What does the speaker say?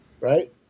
right